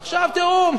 עכשיו, תראו,